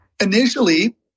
initially